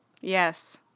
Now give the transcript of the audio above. Yes